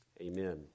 Amen